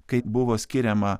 kai buvo skiriama